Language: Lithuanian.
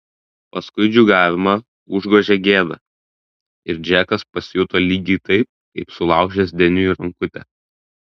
paskui džiūgavimą užgožė gėda ir džekas pasijuto lygiai taip kaip sulaužęs deniui rankutę